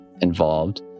involved